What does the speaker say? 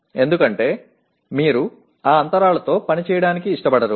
ఎందుకంటే మీరు ఆ అంతరాలతో పనిచేయడానికి ఇష్టపడరు